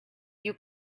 you